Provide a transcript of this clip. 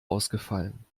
ausgefallen